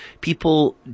People